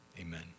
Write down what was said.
amen